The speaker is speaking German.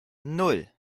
nan